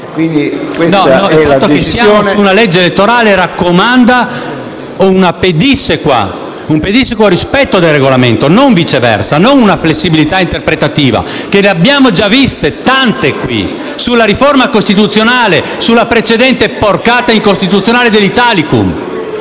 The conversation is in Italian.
Il fatto che siamo su una legge elettorale raccomanda un pedissequo rispetto del Regolamento e non viceversa, non una flessibilità interpretativa. Ne abbiamo già viste tante qui: sulla riforma costituzionale, sulla precedente porcata incostituzionale dell'Italicum,